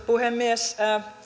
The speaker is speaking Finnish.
puhemies